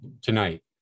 tonight